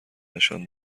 نشان